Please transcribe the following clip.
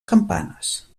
campanes